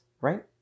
right